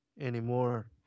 anymore